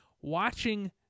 watching